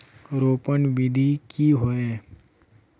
रोपण विधि की होय?